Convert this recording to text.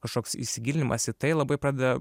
kažkoks įsigilinimas į tai labai pradeda